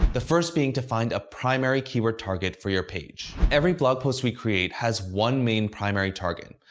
the first being to find a primary keyword target for your page. every blog post we create has one main primary target.